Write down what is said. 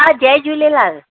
हा जय झूलेलाल